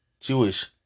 Jewish